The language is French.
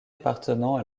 appartenant